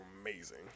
amazing